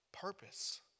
purpose